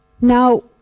Now